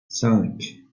cinq